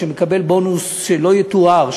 מקבל בונוס שלא יתואר,